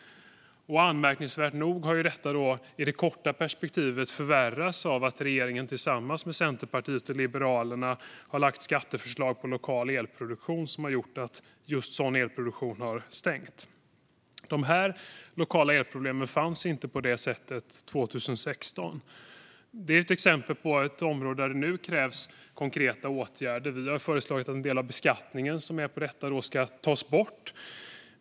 Anmärkningsvärt nog har detta i det korta perspektivet förvärrats av att regeringen tillsammans med Centerpartiet och Liberalerna har lagt fram förslag om skatter på lokal elproduktion som har gjort att just sådan elproduktion har stängt. De lokala elproblemen fanns inte på det sättet 2016. Det är ett exempel på ett område där det nu krävs konkreta åtgärder. Vi har föreslagit att en del av beskattningen som finns på detta ska tas bort.